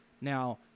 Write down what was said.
Now